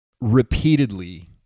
repeatedly